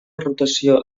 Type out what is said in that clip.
rotació